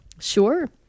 Sure